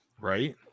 Right